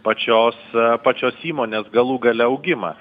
pačios pačios įmonės galų gale augimą